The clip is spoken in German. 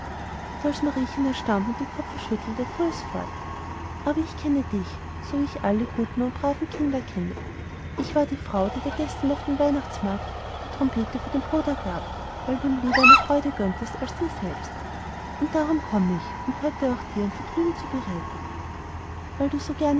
und als mariechen erstaunt mit dem kopfe schüttelte fuhr es fort aber ich kenne dich so wie ich alle guten und braven kinder kenne ich war die frau die dir gestern auf dem weihnachtsmarkt die trompete für den bruder gab weil du ihm lieber eine freude gönntest als dir selbst und darum komme ich um heute auch dir ein vergnügen zu bereiten weil du so